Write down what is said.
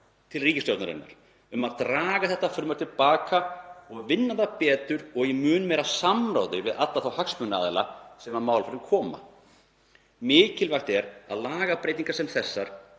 til ríkisstjórnarinnar um að draga þetta frumvarp til baka og vinna það betur og í mun meira samráði við alla þá hagsmunaaðila sem að málaflokknum koma. Mikilvægt er að lagabreytingar sem þessar